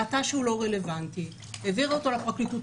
ראתה שהוא לא רלוונטי, העבירה אותו לפרקליטות.